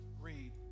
Read